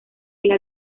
día